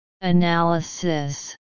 Analysis